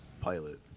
Pilot